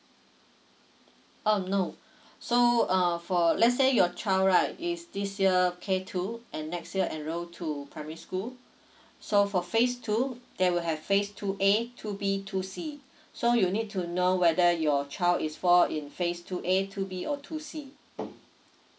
um no so uh for let's say your child right is this year K two and next year enroll to primary school so for phase two they will have phase two A two B two C so you need to know whether your child is fall in phase two A two B or two C